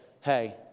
hey